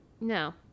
No